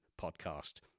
Podcast